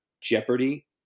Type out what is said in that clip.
Jeopardy